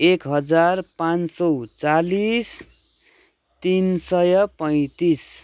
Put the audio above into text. एक हजार पाँच सौ चालिस तिन सय पैँतिस